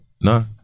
no